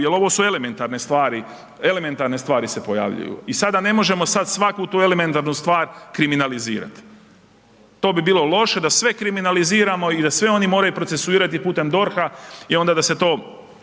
jer ovo su elementarne stvari, elementarne stvari se pojavljuju. I sada ne možemo sad svaku ti elementarnu stvar kriminalizirat. To bi bilo loše da sve kriminaliziramo i da sve oni moraju procesuirati putem DORH-a jer onda da se to